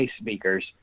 speakers